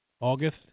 August